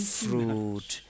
fruit